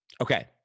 Okay